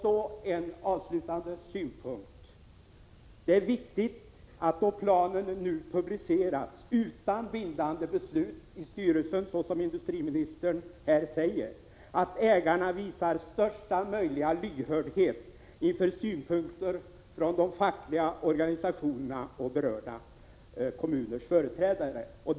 Så en avslutande synpunkt: Då planen nu publicerats utan bindande beslut i styrelsen, såsom industriministern här säger, är det viktigt att ägarna visar största möjliga lyhördhet inför synpunkter från de fackliga organisationerna och berörda kommuners företrädare.